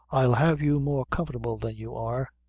i'll have you more comfortable than you are.